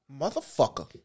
Motherfucker